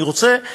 אני רוצה,